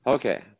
Okay